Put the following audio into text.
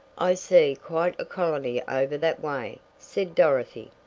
i see quite a colony over that way, said dorothy.